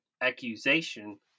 accusation